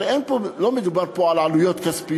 הרי לא מדובר פה על עלויות כספיות,